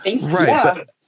Right